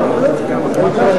ואחריה,